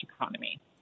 economy